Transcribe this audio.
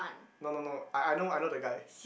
no no no I I know I know the guy